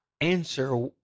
answer